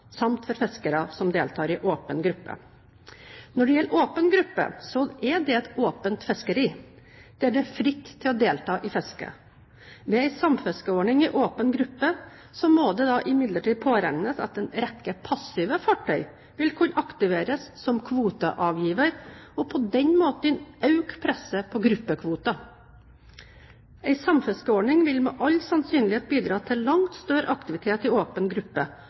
samt for fiskere som deltar i åpen gruppe. Når det gjelder åpen gruppe, er dette et åpent fiskeri, der det er fritt å delta i fisket. Ved en samfiskeordning i åpen gruppe må det imidlertid påregnes at en rekke passive fartøy vil kunne aktiveres som kvoteavgiver og på den måten øke presset på gruppekvoten. En samfiskeordning vil med all sannsynlighet bidra til langt større aktivitet i åpen gruppe,